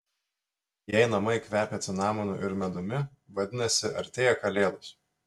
jei namai kvepia cinamonu ir medumi vadinasi artėja kalėdos